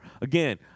Again